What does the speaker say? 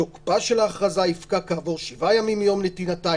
תוקפה של ההכרזה יפקע כעבור שבעה ימים מיום נתינתה,